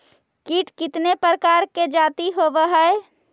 कीट कीतने प्रकार के जाती होबहय?